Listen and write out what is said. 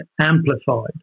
amplified